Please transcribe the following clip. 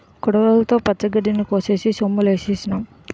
కొడవలితో పచ్చగడ్డి కోసేసి సొమ్ములుకేసినాం